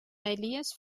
elies